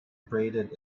abraded